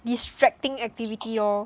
distracting activity lor